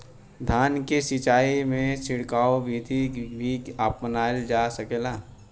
धान के सिचाई में छिड़काव बिधि भी अपनाइल जा सकेला?